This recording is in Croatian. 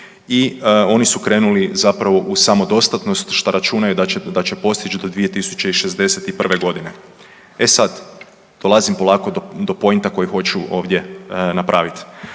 i oni su krenuli zapravo u samodostatnost šta računaju da će postići do 2061. godine. E sad, dolazim polako do pointa koji hoću ovdje napravit,